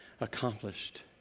accomplished